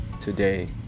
today